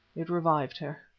it revived her.